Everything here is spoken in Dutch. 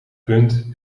punt